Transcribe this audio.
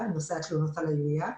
התלונות לעירייה.